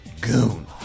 goon